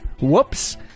Whoops